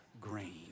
Green